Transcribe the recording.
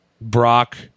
Brock